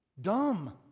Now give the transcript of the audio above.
Dumb